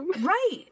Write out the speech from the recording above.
Right